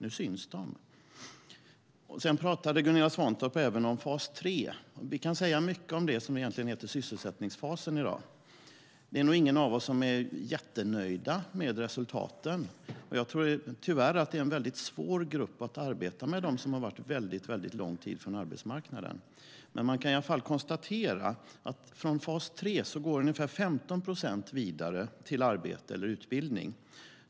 Nu syns de. Sedan pratade Gunilla Svantorp även om fas 3. Vi kan säga mycket om det som egentligen heter sysselsättningsfasen i dag. Det är nog ingen av oss som är jättenöjd med resultaten. Jag tror tyvärr att de som har varit borta från arbetsmarknaden mycket lång tid är en mycket svår grupp att arbeta med. Man kan i alla fall konstatera att ungefär 15 procent går vidare från fas 3 till arbete eller utbildning.